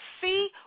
see